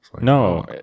No